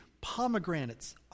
pomegranates